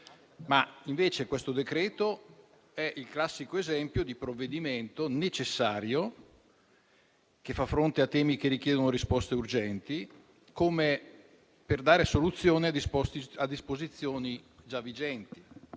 in esame è il classico esempio di provvedimento necessario, che fa fronte a temi che richiedono risposte urgenti, per dare soluzione a disposizioni già vigenti,